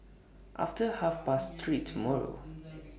after Half Past three tomorrow